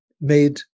made